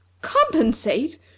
Compensate